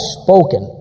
spoken